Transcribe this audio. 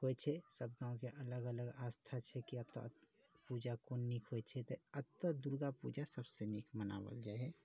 होइ छै सभ गाम के अलग अलग आस्था छै कि अतऽ पूजा कोन नीक होइ छै जे अतऽ दुर्गा पूजा सभसँ नीक मनाओल जाइ है